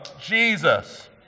Jesus